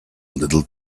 little